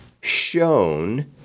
shown